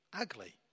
Ugly